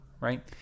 right